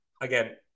again